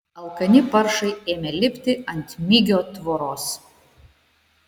alkani paršai ėmė lipti ant migio tvoros